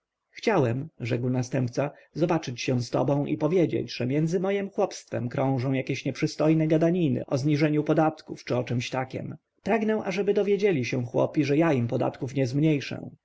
chciałem rzekł następca zobaczyć się z tobą i powiedzieć że między mojem chłopstwem krążą jakieś nieprzystojne gadaniny o zniżeniu podatków czy o czemś takiem pragnę ażeby dowiedzieli się chłopi że ja im podatków nie zmniejszę